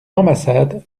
ambassades